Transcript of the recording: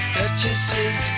duchesses